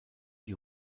die